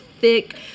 thick